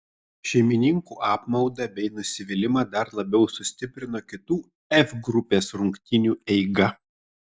šeimininkų apmaudą bei nusivylimą dar labiau sustiprino kitų f grupės rungtynių eiga